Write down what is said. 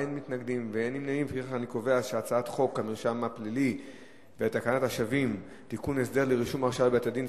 אושרה ותועבר לוועדת החוץ והביטחון להכנה לקריאה ראשונה.